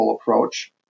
approach